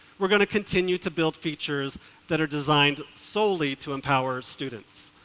we're going to continue to build features that are designed solely to empower students,